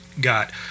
got